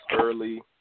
early